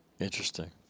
interesting